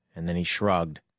and then he shrugged.